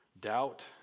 doubt